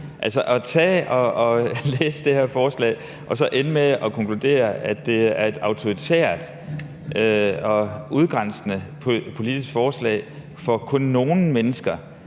Altså, at læse det her forslag og så ende med at konkludere, at det er et autoritært og udgrænsende politisk forslag, som kun er for nogle mennesker,